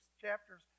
chapters